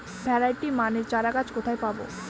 Variety মানের চারাগাছ কোথায় পাবো?